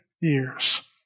years